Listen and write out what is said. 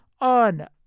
on